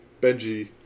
Benji